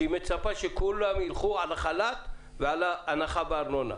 ומצפה שכולם ילכו על חל"ת והנחה בארנונה.